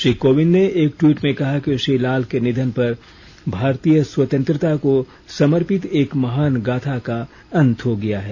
श्री कोविंद ने एक ट्वीट में कहा कि श्री लाल के निधन पर भारतीय स्वतंत्रता को समर्पित एक महान गाथा का अंत हो गया है